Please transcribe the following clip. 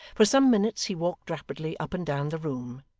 for some minutes he walked rapidly up and down the room,